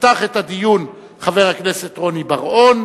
יפתח את הדיון חבר הכנסת רוני בר-און,